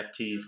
NFTs